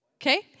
Okay